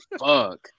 Fuck